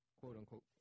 quote-unquote